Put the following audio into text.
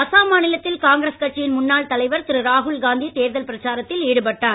அசாம் மாநிலத்தில் காங்கிரஸ் கட்சியின் முன்னாள் தலைவர் திரு ராகுல்காந்தி தேர்தல் பிரச்சாரத்தில் ஈடுபட்டார்